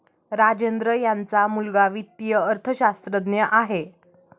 राजेंद्र यांचा मुलगा वित्तीय अर्थशास्त्रज्ञ आहे